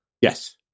Yes